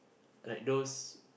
like those